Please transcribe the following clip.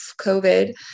COVID